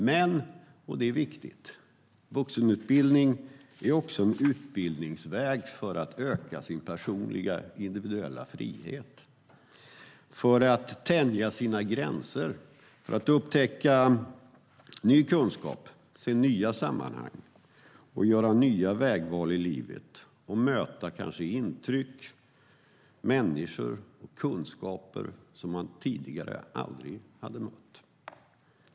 Men, och det är viktigt, vuxenutbildningen är också en utbildningsväg för att öka sin personliga individuella frihet, för att tänja sina gränser, för att upptäcka ny kunskap, se nya sammanhang, göra nya vägval i livet och kanske möta intryck, människor och kunskaper som man tidigare aldrig hade mött.